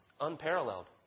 unparalleled